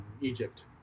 Egypt